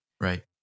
Right